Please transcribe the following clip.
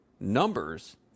numbers